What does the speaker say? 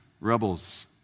rebels